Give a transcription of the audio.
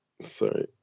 sorry